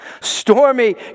Stormy